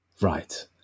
right